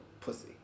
pussy